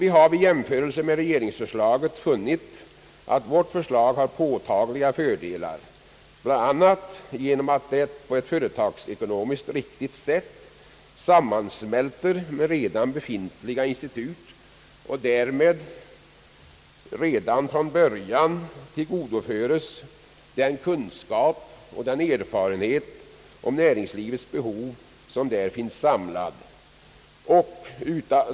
Vi har vid jämförelse med regeringsförslaget funnit att vårt förslag har påtagliga fördelar, bl.a. genom att det på ett företagsekonomiskt riktigt sätt sammansmälter med redan befintliga institut och därmed redan från början tillgodoföres den kunskap och den erfarenhet om näringslivets behov som där finns samlad.